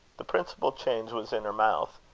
the principal change was in her mouth,